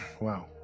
Wow